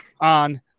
on